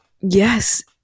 yes